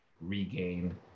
regain